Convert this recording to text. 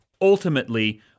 ultimately